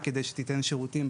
בכל מה שקשור לחוק ההסדרים.